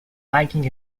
viking